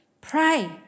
pray